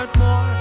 more